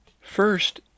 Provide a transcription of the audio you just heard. First